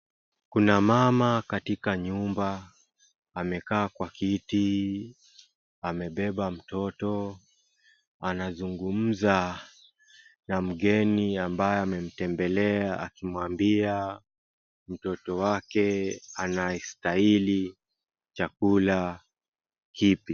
Kuna mama katika nyumba, amekaa kwa kiti, amebeba mtoto, anazungumza na mgeni ambaye amemtembelea akimwambia mtoto wake, anayestahili chakula kipi.